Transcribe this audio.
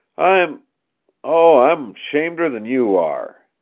i'm oh, i'm shameder than you are!